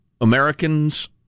Americans